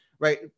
Right